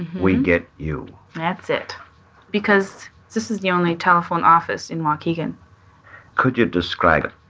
we get you that's it because this is the only telephone office in waukegan could you describe it?